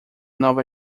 nova